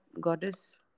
Goddess